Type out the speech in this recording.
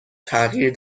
تغییر